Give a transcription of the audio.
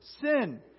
sin